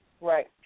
Right